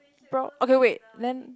bro okay wait then